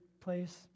place